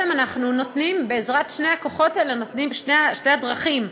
אנחנו נותנים, בעזרת שני הכוחות האלה, שתי הדרכים,